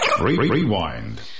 Rewind